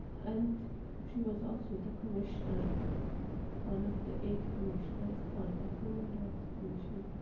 and she was also the commissioner, one of the eight commissioners for the human rights commission,